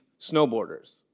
snowboarders